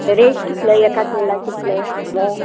rate कितले एका किल्लाक कितले मूग